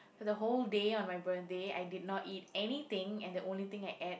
for the whole day on my birthday I did not eat anything and the only thing I ate